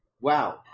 Wow